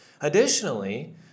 Additionally